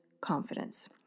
confidence